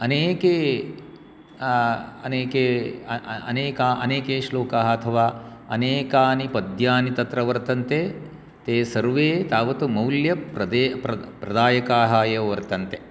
अनेके अनेके अनेके श्लोकाः अथवा अनेकानि पद्यानि तत्र वर्तन्ते ते सर्वे तावत् मौल्य प्रदायकाः एव वर्तन्ते